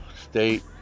state